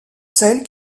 celle